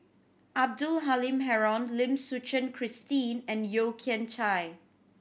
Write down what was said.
Abdul Halim Haron Lim Suchen Christine and Yeo Kian Chye